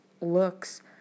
looks